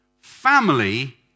Family